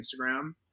instagram